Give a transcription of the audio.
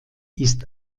ist